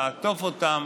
תעטוף אותם